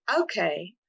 Okay